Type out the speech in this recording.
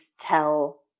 tell